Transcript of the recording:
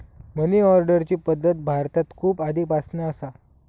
मनी ऑर्डरची पद्धत भारतात खूप आधीपासना असा